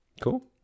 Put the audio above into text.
Cool